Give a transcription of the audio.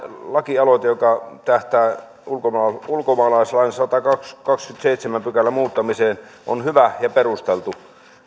lakialoite joka tähtää ulkomaalaislain ulkomaalaislain sadannenkahdennenkymmenennenseitsemännen pykälän muuttamiseen on hyvä ja perusteltu